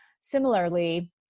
similarly